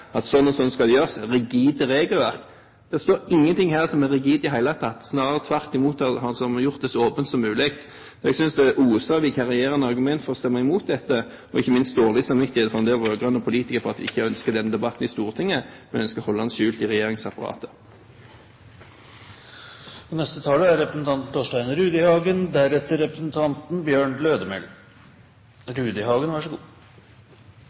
at sånn og sånn skal det gjøres – «rigide regler». Det står ingenting her i det hele tatt som er rigid. Tvert imot har vi gjort det så åpent som mulig. Jeg synes det oser av vikarierende argumenter for å stemme imot dette, og ikke minst av dårlig samvittighet fra en del rød-grønne politikere fordi de ikke ønsker denne debatten i Stortinget, men ønsker å holde den skjult i regjeringsapparatet. Til det som representanten